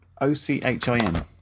O-C-H-I-N